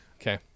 Okay